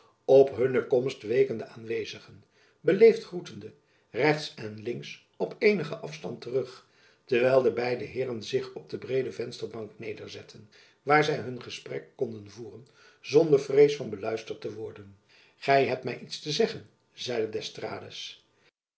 op hunne komst weken de aanwezigen beleefd groetende rechts en links op eenigen afstand terug terwijl de beide heeren zich op de breede vensterbank nederzetteden waar zy hun gesprek konden voeren zonder vrees van beluisterd te worden gy hebt my iets te zeggen zeide d'estrades